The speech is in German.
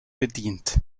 bedient